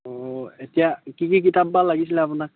অঁ এতিয়া কি কি কিতাপ বা লাগিছিলে আপোনাক